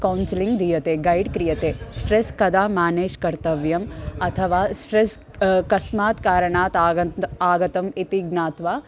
counselling दीयते guide क्रियते stress कदा मेनेज् कर्तव्यम् अथवा स्ट्रेस् कस्मात् कारणात् आगन्त् आगतम् इति ज्ञात्वा